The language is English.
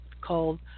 called